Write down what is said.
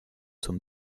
zum